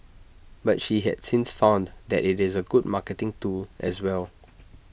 but she has since found that IT is A good marketing tool as well